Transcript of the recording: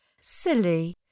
Silly